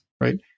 right